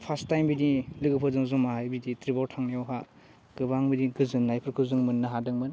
first time बिदि लोगोफोरजों जमाहाय बिदि ट्रिपबाव थांनायावहा गोबां बिदि गोजोननायफोरखौ जों मोननो हादोंमोन